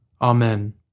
Amen